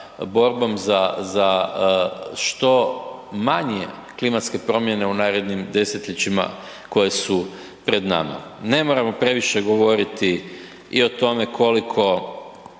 borbom za, za što manje klimatske promjene u narednim desetljećima koji su pred nama. Ne moramo previše govoriti i o tome koliko